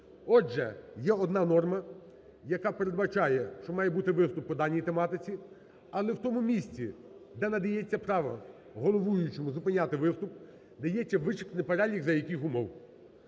Отже, є одна норма, яка передбачає, що має бути виступ по даній тематиці, але в тому місці, де надається право головуючому зупиняти виступ, дається вичерпний перелік – за яких умов.